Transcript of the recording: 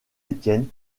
étienne